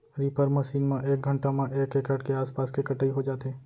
reaper machine म एक घंटा म एक एकड़ के आसपास के कटई हो जाथे